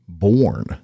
born